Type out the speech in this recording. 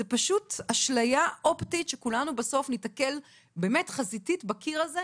זו פשוט אשליה אופטית שכולנו בסוף ניתקל חזיתית בקיר הזה.